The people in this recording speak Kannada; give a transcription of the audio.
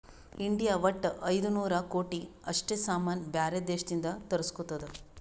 ಇಂಡಿಯಾ ವಟ್ಟ ಐಯ್ದ ನೂರ್ ಕೋಟಿ ಅಷ್ಟ ಸಾಮಾನ್ ಬ್ಯಾರೆ ದೇಶದಿಂದ್ ತರುಸ್ಗೊತ್ತುದ್